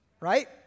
right